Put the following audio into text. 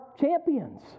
champions